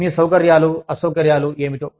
మీ సౌకర్యాలూ అసౌకర్యం ఏమిటో